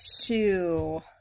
two